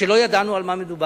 כשלא ידענו על מה מדובר.